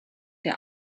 der